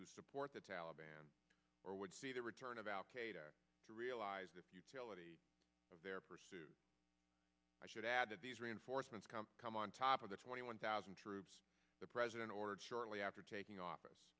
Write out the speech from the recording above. who support the taliban or would see the return of al qaeda to realize the futility of their pursuit i should add that these reinforcements come come on top of the twenty one thousand troops the president ordered shortly after taking office